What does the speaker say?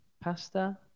Pasta